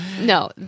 No